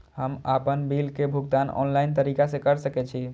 हम आपन बिल के भुगतान ऑनलाइन तरीका से कर सके छी?